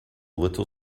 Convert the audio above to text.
little